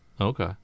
Okay